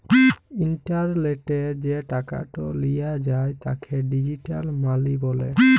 ইলটারলেটলে যে টাকাট লিয়া যায় তাকে ডিজিটাল মালি ব্যলে